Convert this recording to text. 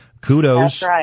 kudos